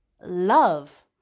love